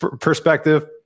perspective